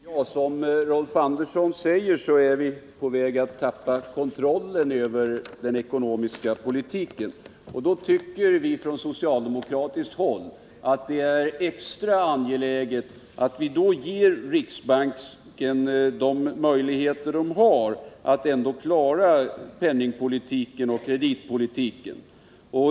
Herr talman! Som Rolf Andersson säger är vi på väg att tappa kontrollen över den ekonomiska politiken. Då tycker vi från socialdemokratiskt håll att det är extra angeläget att ge riksbanken tillfälle att utnyttja de möjligheter som den ändå har att klara penningoch kreditpolitiken.